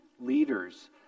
leaders